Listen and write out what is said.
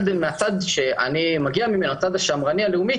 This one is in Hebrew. מהצד השמרני-לאומי,